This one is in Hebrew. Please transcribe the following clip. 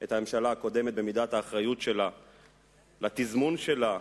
את הממשלה הקודמת במידת האחריות שלה לתזמון שלה,